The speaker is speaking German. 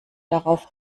darauf